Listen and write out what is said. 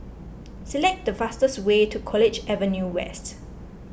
select the fastest way to College Avenue West